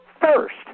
First